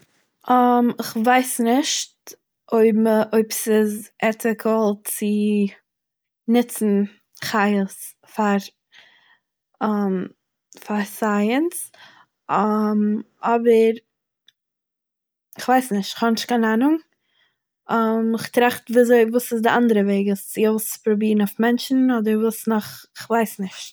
כ'ווייס נישט אויב מע- אויב ס'איז עטיקל צו ניצן חיות פאר פאר סייענס, אבער, כ'ווייס נישט, איך האב נישט קיין אהנונג, איך טראכט וויאזוי- וואס איז די אנדערע וועג עס צו אויספרובירן אויף מענטשן אדער וואס נאך? כ'ווייס נישט